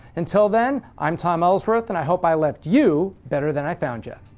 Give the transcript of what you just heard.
until then, i'm tom ellsworth and i hope i left you better than i found you.